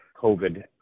COVID